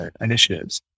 initiatives